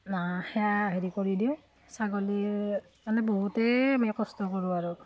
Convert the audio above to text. সেয়া হেৰি কৰি দিওঁ ছাগলীৰ মানে বহুতেই আমি কষ্ট কৰোঁ আৰু